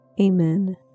Amen